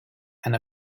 and